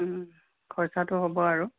খৰচাটো হ'ব আৰু